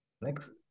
Next